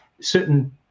certain